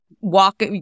walk